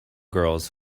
girls